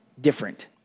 different